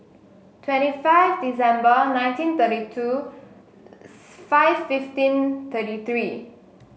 twenty five December nineteen thirty two five fifteen thirty three